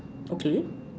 okay